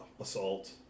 assault